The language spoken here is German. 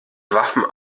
waffen